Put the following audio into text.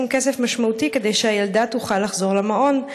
כסף משמעותי כדי שהילדה תוכל לחזור למעון.